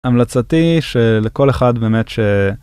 המלצתי שלכל אחד באמת ש.